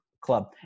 club